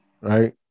right